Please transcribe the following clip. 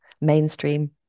mainstream